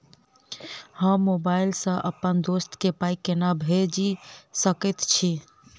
हम मोबाइल सअ अप्पन दोस्त केँ पाई केना भेजि सकैत छी?